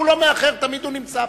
תמיד הוא נמצא פה.